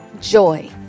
joy